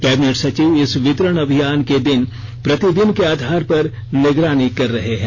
cabinet सचिव इस वितरण अभियान के दिन प्रतिदिन के आधार पर निगरानी कर रहे हैं